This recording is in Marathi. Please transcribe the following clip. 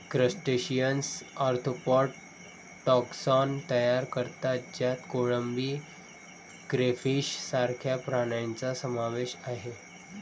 क्रस्टेशियन्स आर्थ्रोपॉड टॅक्सॉन तयार करतात ज्यात कोळंबी, क्रेफिश सारख्या प्राण्यांचा समावेश आहे